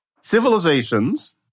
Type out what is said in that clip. civilizations